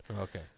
Okay